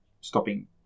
stopping